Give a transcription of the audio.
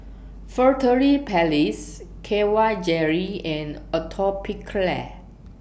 Furtere Paris K Y Jelly and Atopiclair